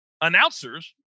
announcers